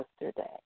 yesterday